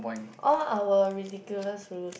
all our ridiculous rule